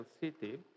city